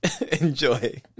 Enjoy